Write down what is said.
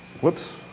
Whoops